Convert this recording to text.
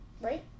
Right